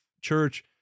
church